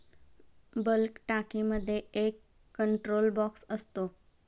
bulk टाकीमध्ये एक control box असतो